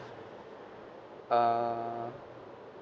uh